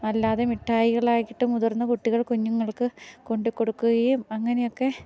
അല്ലാതെ മിഠായികളായിട്ട് മുതിർന്ന കുട്ടികൾ കുഞ്ഞുങ്ങൾക്ക് കൊണ്ട് കൊടുക്കുകയും അങ്ങനെയൊക്കെ